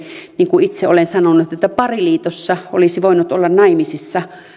niin kuin itse olen sanonut että pariliitossa olisi voinut olla naimisissa